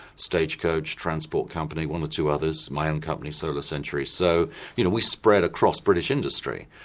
stagecoach, transport company, one or two others, my own company solarcentury. so you know we spread across british industry.